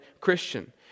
Christian